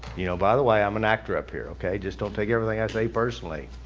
you know, by the way i'm an actor up here. okay, just don't take everything i say personally.